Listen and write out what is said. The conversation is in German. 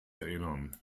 erinnern